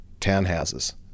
townhouses